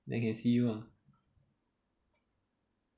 then can see you mah